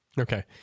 Okay